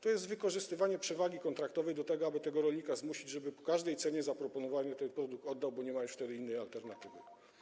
To jest wykorzystywanie przewagi kontraktowej do tego, aby tego rolnika zmusić, żeby za każdą zaproponowaną cenę ten produkt oddał, bo nie ma już wtedy innej alternatywy.